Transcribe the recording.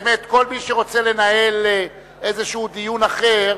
באמת כל מי שרוצה לנהל איזה דיון אחר,